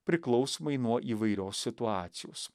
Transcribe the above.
priklausomai nuo įvairios situacijos